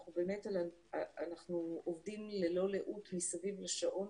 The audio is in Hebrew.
אנחנו עובדים ללא לאות מסביב לשעון,